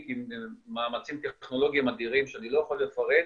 עם אמצעים טכנולוגיים אדירים שאני לא יכול לפרט,